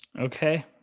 Okay